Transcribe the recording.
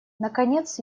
наконец